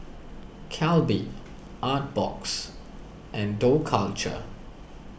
Calbee Artbox and Dough Culture